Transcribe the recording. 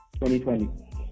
2020